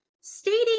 stating